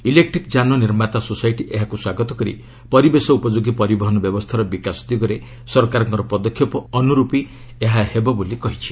electric ଯାନ ନିର୍ମାତା society ଏହାକୁ ସ୍ୱାଗତ କରି ପରିବେଶ ଉପଯୋଗୀ ପରିବହନ ବ୍ୟବସ୍ଥାର ବିକାଶ ଦିଗରେ ସରକାରଙ୍କ ପଦକ୍ଷେପ ଅନୁରୂପୀ ଏହା ହେବ ବୋଲି କହିଛି